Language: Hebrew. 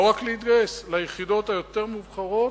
ולא רק להתגייס אלא ליחידות היותר מובחרות,